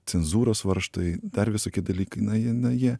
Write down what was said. cenzūros varžtai dar visokie dalykai na jie na jie